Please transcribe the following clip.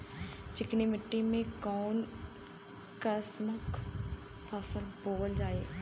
चिकनी मिट्टी में कऊन कसमक फसल बोवल जाई?